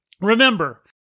Remember